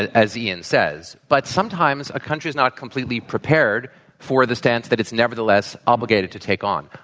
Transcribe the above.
as ian says. but sometimes, a country is not completely prepared for the stance that it's nevertheless obligated to take on.